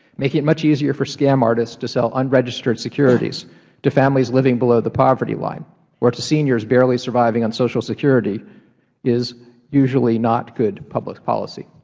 making it much easier for scam artists to sell unregistered securities to families living below the poverty line or seniors barely surviving on social security is usually not good public policy.